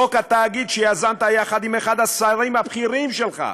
חוק התאגיד, שיזמת יחד עם אחד השרים הבכירים שלך,